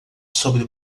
sobre